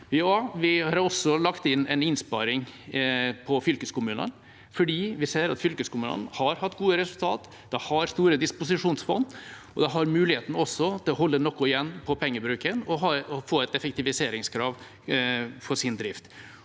vi har også lagt inn en innsparing når det gjelder fylkeskommunene, fordi vi ser at fylkeskommunene har hatt gode resultater, de har store disposisjonsfond, og de har også mulighet til å holde noe igjen på pengebruken og få et effektiviseringskrav for sin drift.